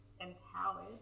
empowered